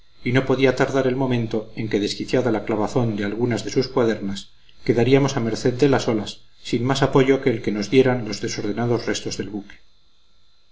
y no podía tardar el momento en que desquiciada la clavazón de algunas de sus cuadernas quedaríamos a merced de las olas sin más apoyo que el que nos dieran los desordenados restos del buque